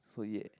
so yeah